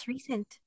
Recent